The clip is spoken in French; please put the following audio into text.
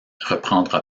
reprendra